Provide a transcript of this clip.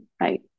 right